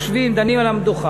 יושבים על המדוכה,